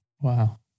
Wow